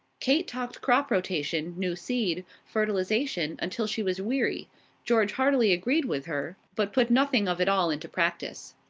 kate talked crop rotation, new seed, fertilization, until she was weary george heartily agreed with her, but put nothing of it all into practice.